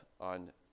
on